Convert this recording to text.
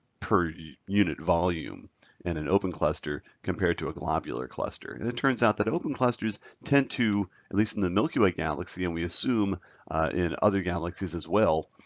per yeah unit volume in an open cluster compared to a globular cluster. and it turns out that open clusters tend to, at least in the milky way galaxy galaxy and we assume in other galaxies as well,